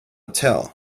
tell